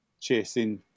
Chasing